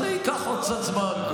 אז זה ייקח עוד קצת זמן.